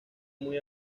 muy